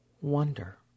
wonder